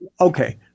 Okay